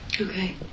Okay